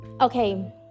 Okay